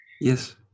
Yes